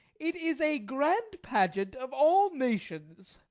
it is a grand pageant of all nations.